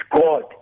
God